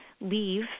leave